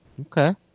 okay